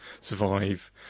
survive